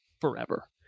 forever